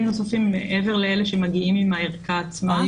נוספים מעבר לאלה שמגיעים עם הערכה עצמה,